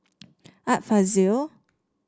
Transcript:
Art Fazil